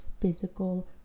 physical